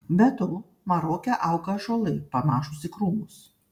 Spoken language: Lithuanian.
be to maroke auga ąžuolai panašūs į krūmus